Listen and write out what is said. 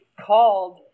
called